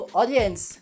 audience